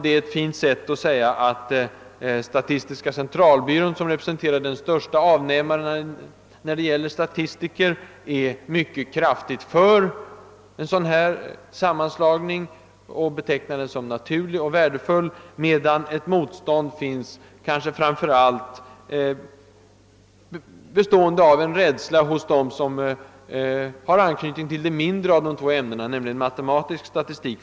Det är ett fint sätt att säga, att statistiska centralbyrån, som är den största avnämaren när det gäller statistiker, ställer sig starkt positiv till en sammanslagning och betecknar den som naturlig och värdefull, medan motståndet finns framför allt hos dem som som har anknytning till det mindre av de två ämnena, matematisk statistik.